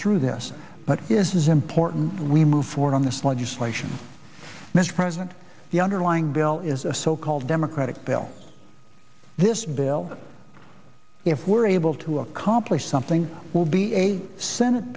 through this but it is important we move forward on this legislation mr president the underlying bill is a so called democratic bill this bill if we're able to accomplish something will be a senate